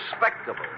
respectable